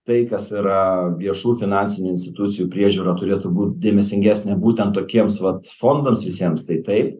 tai kas yra viešų finansinių institucijų priežiūra turėtų būt dėmesingesnė būtent tokiems vat fondams visiems tai taip